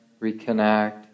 reconnect